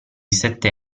sette